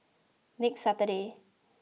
next Saturday